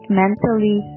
mentally